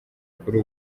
kuri